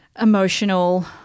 emotional